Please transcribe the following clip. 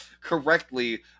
correctly